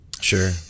Sure